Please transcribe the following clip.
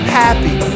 happy